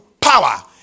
power